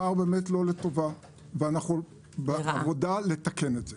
הפער הוא לא לטובה ואנחנו בעבודה לתקן את זה